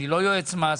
אני לא יועץ מס,